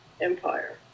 Empire